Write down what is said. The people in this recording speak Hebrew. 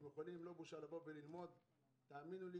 יש הרבה מה ללמוד מאתנו.